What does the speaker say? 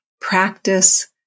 practice